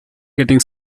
getting